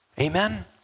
Amen